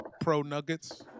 pro-Nuggets